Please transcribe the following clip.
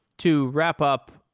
to wrap up,